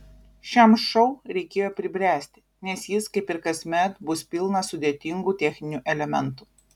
šiam šou reikėjo pribręsti nes jis kaip ir kasmet bus pilnas sudėtingų techninių elementų